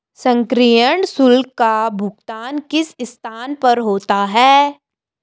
सक्रियण शुल्क का भुगतान किस स्थान पर होता है?